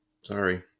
Sorry